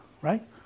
right